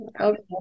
Okay